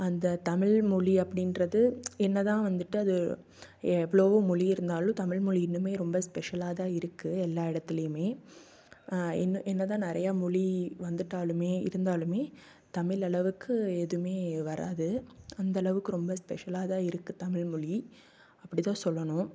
அந்த தமிழ் மொழி அப்படின்றது என்னதான் வந்துட்டு அது எவ்வளோவோ மொழி இருந்தாலும் தமிழ் மொழி இன்னும் ரொம்ப ஸ்பெஷலாக தான் இருக்கு எல்லா இடத்திலியுமே என்ன என்னதான் நிறையா மொழி வந்துட்டாலும் இருந்தாலும் தமிழ் அளவுக்கு எதுவுமே வராது அந்த அளவுக்கு ரொம்ப ஸ்பெஷலாக தான் இருக்கு தமிழ் மொழி அப்படிதான் சொல்லணும்